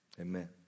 Amen